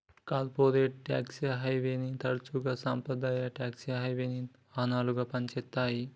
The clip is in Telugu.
కార్పొరేట్ ట్యేక్స్ హెవెన్ని తరచుగా సాంప్రదాయ ట్యేక్స్ హెవెన్కి వాహనాలుగా పనిచేత్తాయి